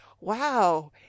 wow